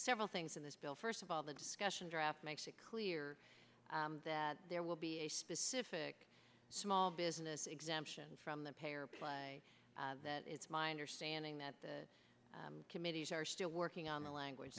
several things in this bill first of all the discussion draft makes it clear that there will be a specific small business exemption from the payer that it's my understanding that the committees are still working on the language